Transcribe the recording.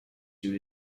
due